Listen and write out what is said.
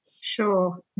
Sure